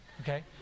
Okay